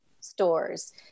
stores